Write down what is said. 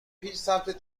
دیشب